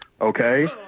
Okay